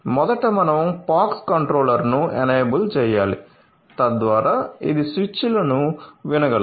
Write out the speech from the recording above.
మొదట మనం POX కంట్రోలర్ను ఎనేబుల్ చేయాలి తద్వారా ఇది స్విచ్లను వినగలదు